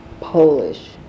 Polish